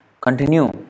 continue